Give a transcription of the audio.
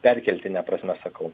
perkeltine prasme sakau